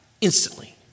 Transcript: Instantly